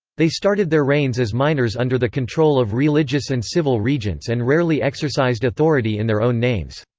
they started their reigns as minors under the control of religious and civil regents and rarely exercised authority in their own names.